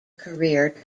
career